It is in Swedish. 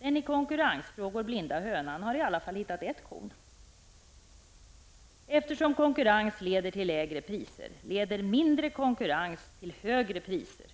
Den i konkurrensfrågor blinda hönan har i varje fall hittat ett korn. Eftersom ökad konkurrens leder till lägre priser, leder minskad konkurrens till högre priser.